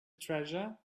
treasure